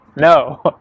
no